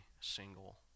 single